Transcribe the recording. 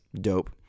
dope